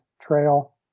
trail